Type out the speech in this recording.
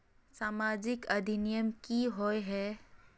सामाजिक अधिनियम की होय है?